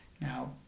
now